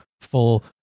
full